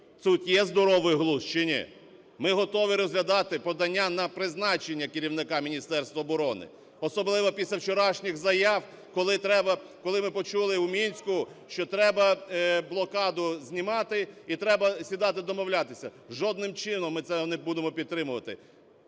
Тут є здоровий глузд чи ні?. Ми готові розглядати подання на призначення керівника Міністерства оборони, особливо після вчорашніх заяв, коли треба, коли ми почули у Мінську, що треба блокаду знімати і треба сідати домовлятися. Жодним чином ми цього не будемо підтримувати.